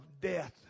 death